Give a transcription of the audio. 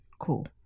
Cool